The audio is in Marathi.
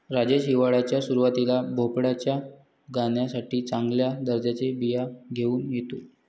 राजेश हिवाळ्याच्या सुरुवातीला भोपळ्याच्या गाण्यासाठी चांगल्या दर्जाच्या बिया घेऊन येतो